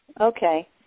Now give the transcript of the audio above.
Okay